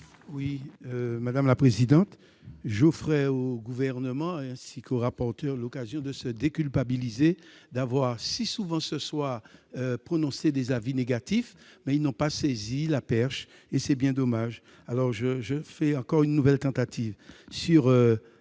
à M. Maurice Antiste. J'offrais au Gouvernement, ainsi qu'au rapporteur, l'occasion de se déculpabiliser d'avoir si souvent, ce soir, prononcé des avis négatifs, mais ils n'ont pas saisi la perche. C'est bien dommage ! Je fais tout de même une nouvelle tentative sur